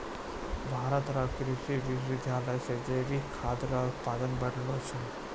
भारत रो कृषि विश्वबिद्यालय से जैविक खाद रो उत्पादन बढ़लो छै